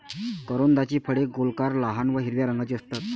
करोंदाची फळे गोलाकार, लहान व हिरव्या रंगाची असतात